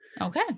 okay